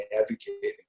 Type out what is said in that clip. advocating